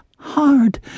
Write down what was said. hard